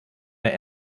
mehr